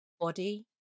body